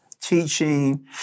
teaching